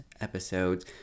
episode's